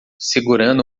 segurando